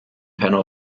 panel